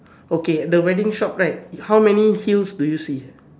okay the wedding shop right how many heels do you see